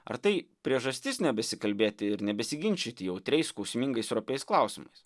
ar tai priežastis nebesikalbėti ir nebesiginčyti jautriais skausmingais ir opiais klausimais